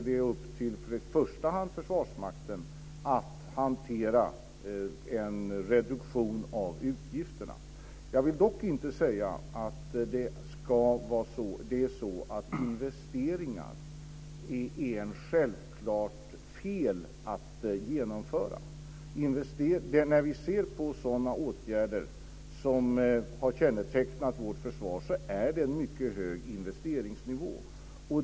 Det är i första hand upp till Försvarsmakten att hantera en reduktion av utgifterna. Jag vill dock inte säga att det är fel att göra investeringar. När vi ser på de åtgärder som har kännetecknat vårt försvar har man en mycket hög investeringsnivå.